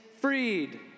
freed